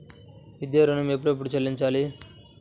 విద్యా ఋణం ఎప్పుడెప్పుడు చెల్లించాలి?